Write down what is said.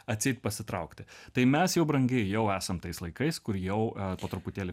atseit pasitraukti tai mes jau brangieji jau esam tais laikais kur jau po truputėlį